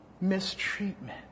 mistreatment